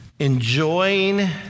Enjoying